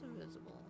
invisible